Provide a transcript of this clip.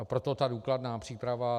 Proto ta důkladná příprava.